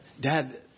Dad